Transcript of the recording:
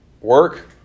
work